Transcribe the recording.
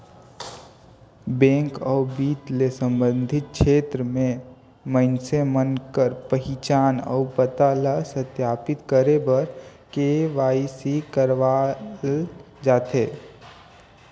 bank अउ बित्त ले संबंधित छेत्र में मइनसे कर पहिचान अउ पता ल सत्यापित करे बर के.वाई.सी करवाल जाथे